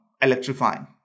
electrifying